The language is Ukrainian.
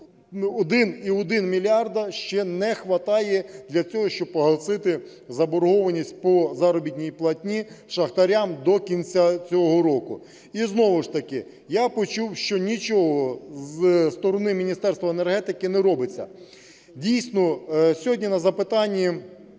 1,1 мільярда ще не хватає для цього, щоб погасити заборгованість по заробітній платні шахтарям до кінця цього року. І знову ж таки я почув, що нічого зі сторони Міністерства енергетики не робиться. Дійсно, сьогодні на запитанні